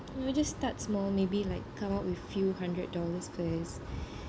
ya just start small maybe like come up with few hundred dollars first